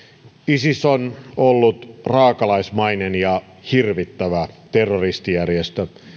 isis on ollut raakalaismainen ja hirvittävä terroristijärjestö